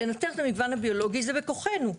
לנתר את המגוון הביולוגי זה בכוחנו.